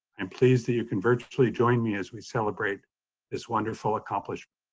i'm pleased that you can virtually join me as we celebrate this wonderful accomplishment.